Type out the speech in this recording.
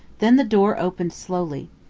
then the door opened slowly.